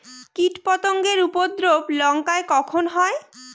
কীটপতেঙ্গর উপদ্রব লঙ্কায় কখন হয়?